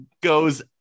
goes